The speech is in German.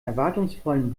erwartungsvollen